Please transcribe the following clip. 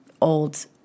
Old